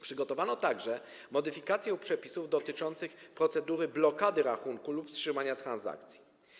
Przygotowano także modyfikację przepisów dotyczących procedury blokady rachunku lub wstrzymania transakcji.